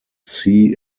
sea